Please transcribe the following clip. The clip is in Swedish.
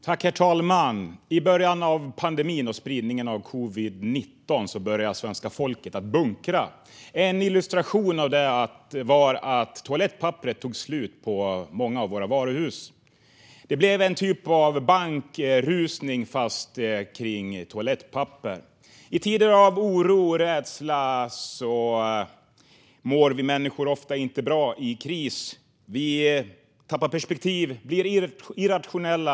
Herr talman! I början av pandemin och spridningen av covid-19 började svenska folket bunkra. En illustration av det var att toalettpapperet tog slut i många av våra varuhus. Det blev en typ av bankrusning fast efter toalettpapper. I tider av oro och rädsla mår vi människor ofta inte bra i kris. Vi tappar perspektivet och tilliten och blir irrationella.